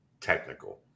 technical